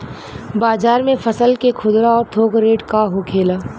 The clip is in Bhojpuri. बाजार में फसल के खुदरा और थोक रेट का होखेला?